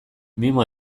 mimo